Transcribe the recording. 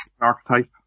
Archetype